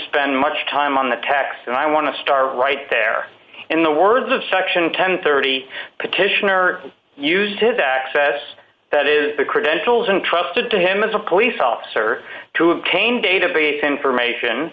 spend much time on the text and i want to start right there in the words of section one thousand and thirty petitioner used his access that is the credentials untrusted to him as a police officer to obtain database information